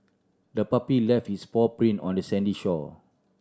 the puppy left its paw print on the sandy shore